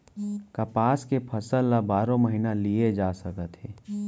कपसा के फसल ल बारो महिना लिये जा सकत हे